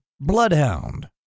bloodhound